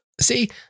see